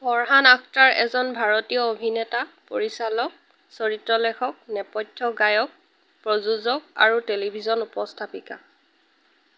ফৰহান আখতাৰ এজন ভাৰতীয় অভিনেতা পৰিচালক চৰিত্ৰ লেখক নেপথ্য গায়ক প্ৰযোজক আৰু টেলিভিছন উপস্থাপিকা